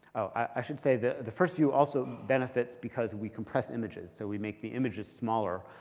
i should say the the first view also benefits because we compress images. so we make the images smaller,